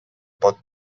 pot